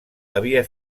havia